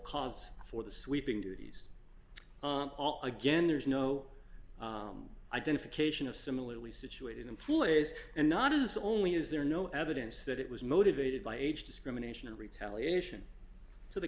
cause for the sweeping duties again there's no identification of similarly situated employees and not only is there no evidence that it was motivated by age discrimination and retaliation to the